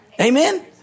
Amen